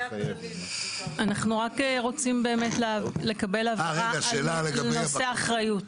אנחנו רק רוצים באמת לקבל הבהרה על נושא האחריות.